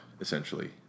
essentially